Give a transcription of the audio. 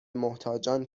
محتاجان